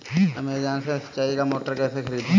Amazon से सिंचाई का मोटर कैसे खरीदें?